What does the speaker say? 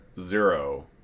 Zero